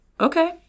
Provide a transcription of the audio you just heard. okay